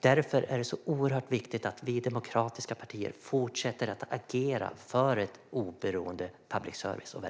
Därför är det oerhört viktigt att vi demokratiska partier fortsätter verka för ett oberoende public service.